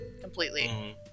Completely